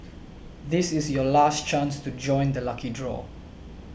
this is your last chance to join the lucky draw